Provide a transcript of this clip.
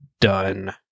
done